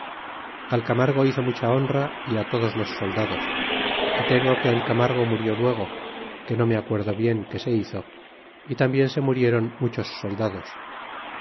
al camargo hizo mucha honra y todos los soldados y tengo que el camargo murió luego que no me acuerdo bien qué se hizo y tambien se muriéron muchos soldados